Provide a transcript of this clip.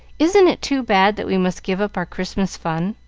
isn't it too bad that we must give up our christmas fun?